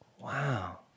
Wow